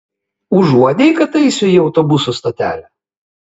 užuodei kad eisiu į autobusų stotelę